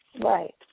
Right